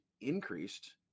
increased